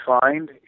find